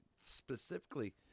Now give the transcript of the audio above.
specifically